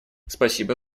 спасибо